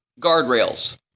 guardrails